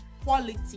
quality